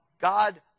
God